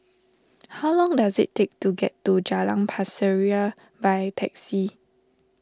how long does it take to get to Jalan Pasir Ria by taxi